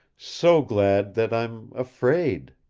so glad that i'm afraid.